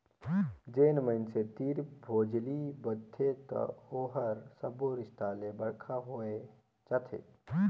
जेन मइनसे तीर भोजली बदथे त ओहर सब्बो रिस्ता ले बड़का होए जाथे